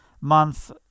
month